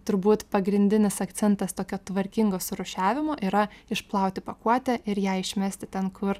turbūt pagrindinis akcentas tokio tvarkingo surūšiavimo yra išplauti pakuotę ir ją išmesti ten kur